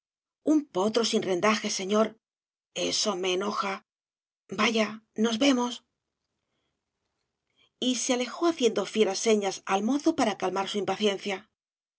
un potro sin rendaje señor eso me enoja vaya nos vemos y se alejó haciendo fieras señas al mozo para calmar su impaciencia